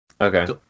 Okay